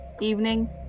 evening